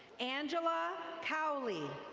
angela cowley.